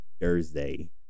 Thursday